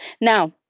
Now